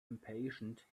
impatient